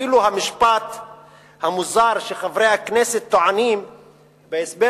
אפילו המשפט המוזר שחברי הכנסת טוענים בהסבר